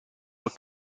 were